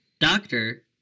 Doctor